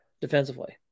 defensively